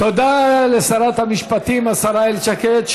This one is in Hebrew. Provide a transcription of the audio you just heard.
תודה לשרת המשפטים, השרה איילת שקד.